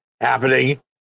happening